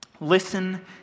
Listen